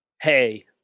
Hey